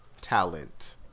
Talent